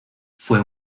fue